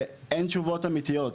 ואין תשובות אמיתיות.